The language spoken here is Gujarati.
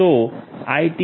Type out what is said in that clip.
તો "ITGDec